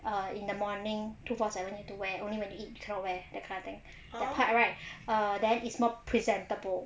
err the morning two four seven you need to wear only when you are eating you cannot wear that kind of thing that part right then it's more presentable